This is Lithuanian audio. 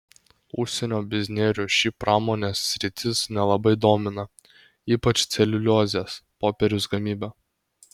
užsienio biznierių ši pramonės sritis nelabai domina ypač celiuliozės popieriaus gamyba